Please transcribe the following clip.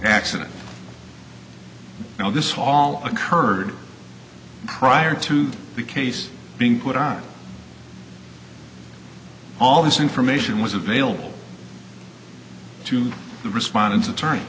accident now this all occurred prior to the case being put on all this information was available to the respondents attorney